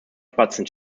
spatzen